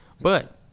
But-